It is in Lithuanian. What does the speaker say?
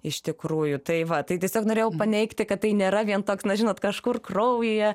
iš tikrųjų tai va tai tiesiog norėjau paneigti kad tai nėra vien toks na žinot kažkur kraujyje